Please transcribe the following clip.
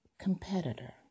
competitor